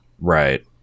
Right